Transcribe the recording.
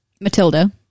Matilda